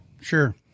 Sure